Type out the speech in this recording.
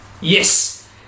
Yes